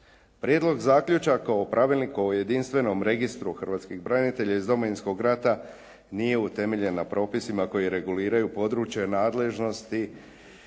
Prijedlog zaključaka o pravilniku o jedinstvenom registru Hrvatskih branitelja iz Domovinskog rata nije utemeljena propisima koje reguliraju područje nadležnosti